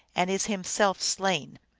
and is himself slain.